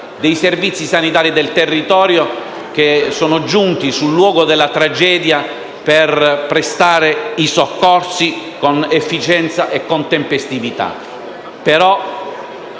dei servizi sanitari del territorio, che sono giunti sul luogo della tragedia per prestare i soccorsi con efficienza e tempestività.